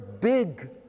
big